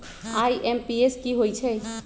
IMPS की होईछइ?